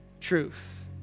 truth